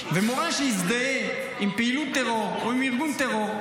מורה שיזדהה עם פעילות טרור או עם ארגון טרור,